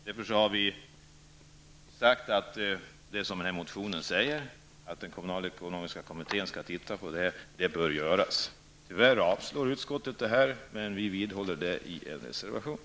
Därför har vi sagt att det som sägs i motionen, nämligen att den kommunalekonomiska kommittén skall se över frågan, också bör göras. Tyvärr avstyrker utskottet förslaget, men vi vidhåller det i en reservation.